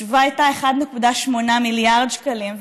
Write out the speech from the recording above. התשובה הייתה 1.8 מיליארד שקלים,